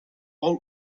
all